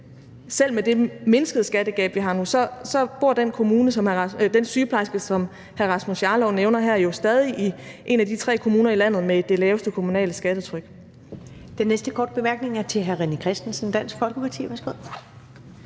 selv med det mindskede skattegab, vi har nu, så bor den sygeplejerske, som hr. Rasmus Jarlov nævner her, jo stadig i en af de tre kommuner i landet med det laveste kommunale skattetryk.